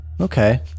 Okay